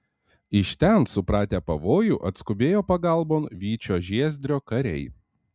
iš ten supratę pavojų atskubėjo pagalbon vyčio žiezdrio kariai